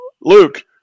Luke